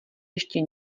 ještě